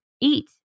eat